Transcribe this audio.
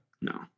No